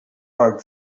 bug